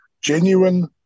genuine